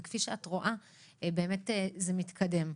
וכפי שאת רואה באמת זה מתקדם.